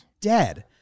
dead